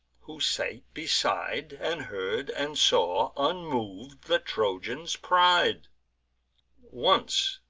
who sate beside, and heard and saw, unmov'd, the trojan's pride once,